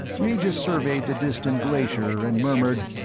regis surveyed the distant glacier and murmured,